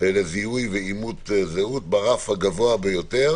לזיהוי ואימות זהות ברף הגבוה ביותר